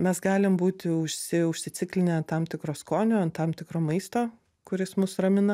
mes galim būti užsi užsiciklinę ant tam tikro skonio ant tam tikro maisto kuris mus ramina